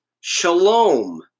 Shalom